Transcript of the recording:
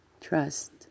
trust